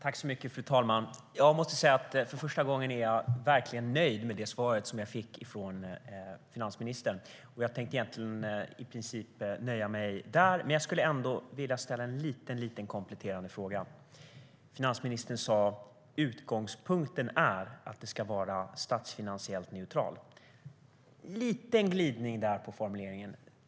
Fru talman! För första gången är jag verkligen nöjd med svaret som jag fick från finansministern. I princip tänkte jag nöja mig där, men jag skulle ändå vilja ställa en liten kompletterande fråga. Finansministern sa: Utgångspunkten är att det ska vara statsfinansiellt neutralt. Det var en liten glidning på formuleringen.